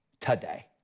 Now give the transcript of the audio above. today